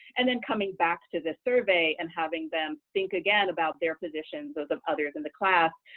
and then coming back to the survey and having them think again about their physicians, those of others in the class,